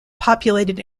populated